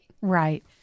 right